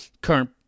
current